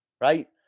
right